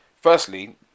firstly